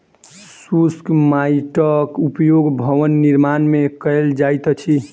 शुष्क माइटक उपयोग भवन निर्माण मे कयल जाइत अछि